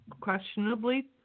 questionably